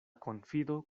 konfido